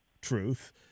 truth